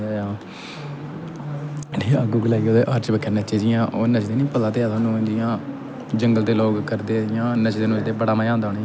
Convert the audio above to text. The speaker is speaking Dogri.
फिर अग्ग उग्ग लाइयै उ'दे आल चबक्खै नच्चे पता ते ऐ थुआनू जियां जंगल दे लोक करदे इ'यां नचदे नुचदे इ'यां बड़ा मजा आंदा